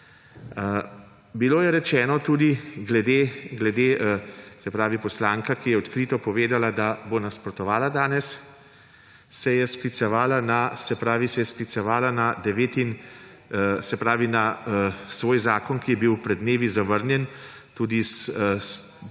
Bilo je rečeno tudi, se pravi poslanka, ki je odkrito povedala, da bo nasprotovala danes, se je sklicevala na svoj zakon, ki je bil pred dnevi zavrnjen tudi z